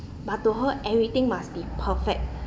but to her everything must be perfect